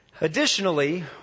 Additionally